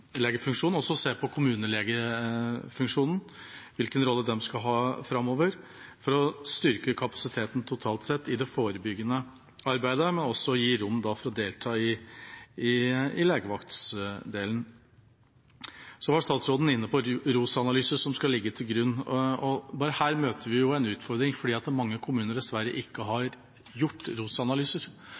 og også se på kommunelegefunksjonen, hvilken rolle kommunelegene skal ha framover, for å styrke kapasiteten totalt sett i det forebyggende arbeidet, men også gi rom for å delta i legevakten. Statsråden var inne på ROS-analyser, som skal ligge til grunn. Bare her møter vi en utfordring, fordi mange kommuner dessverre ikke har gjort